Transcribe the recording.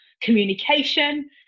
communication